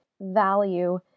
value